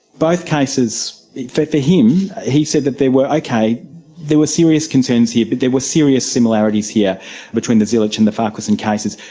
both cases for him, he said that there were, ok, there were serious concerns here, but there were serious similarities here between the zilic and the farquharson cases.